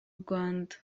rwanda